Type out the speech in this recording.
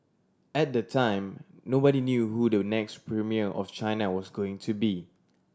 at the time nobody knew who the next premier of China was going to be